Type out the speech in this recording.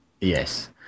Yes